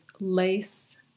lace